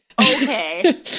okay